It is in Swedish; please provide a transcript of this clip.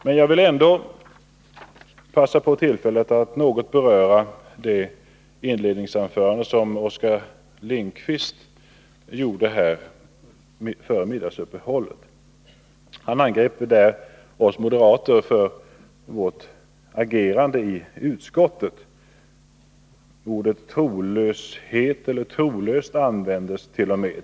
Men jag vill ändå passa på tillfället att något beröra det inledningsanförande som Oskar Lindkvist höll före middagsuppehållet. Han angrep oss Tomträttslån och moderater för vårt agerande i utskottet. Något av orden trolöshet eller trolös underhållslån, användest.o.m.